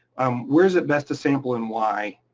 um where is it best to sample and why?